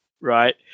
Right